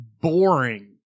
boring